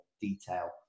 detail